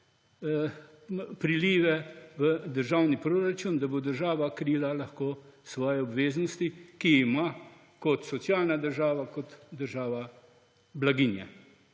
prilive v državni proračun, da bo država lahko krila svoje obveznosti, ki jih ima kot socialna država, kot država blaginje.